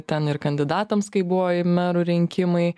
ten ir kandidatams kai buvo i merų rinkimai